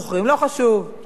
מה זה משנה בעצם?